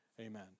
amen